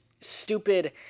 stupid